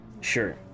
sure